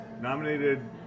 nominated